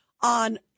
on